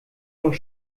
doch